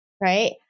right